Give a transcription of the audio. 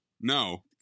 no